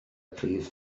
prif